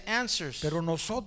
answers